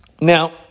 Now –